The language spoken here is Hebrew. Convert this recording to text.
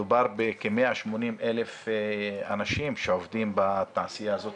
מדובר בכ-180,000 אנשים שעובדים בתעשייה הזאת.